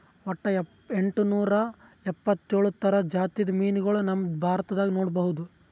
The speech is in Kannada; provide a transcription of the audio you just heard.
ವಟ್ಟ್ ಎಂಟನೂರಾ ಎಪ್ಪತ್ತೋಳ್ ಥರ ಜಾತಿದ್ ಮೀನ್ಗೊಳ್ ನಮ್ ಭಾರತದಾಗ್ ನೋಡ್ಬಹುದ್